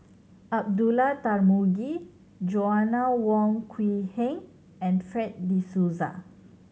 Abdullah Tarmugi Joanna Wong Quee Heng and Fred De Souza